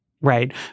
right